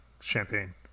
champagne